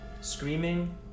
screaming